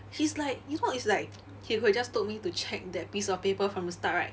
he's like you know it's like he could have just told me to check that piece of paper from the start right